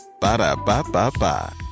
Ba-da-ba-ba-ba